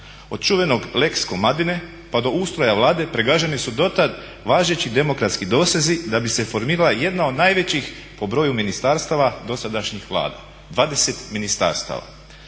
Od čuvenog "Lex Komadine" pa do ustroja Vlade pregaženi su do tada važeći demokratski dosezi da bi se formirala jedna od najvećih po broju ministarstava dosadašnjih Vlada, 20 ministarstava.